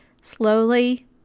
Slowly